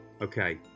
Okay